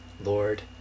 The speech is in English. Lord